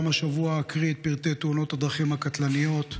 גם השבוע אקריא את פרטי תאונות הדרכים הקטלניות.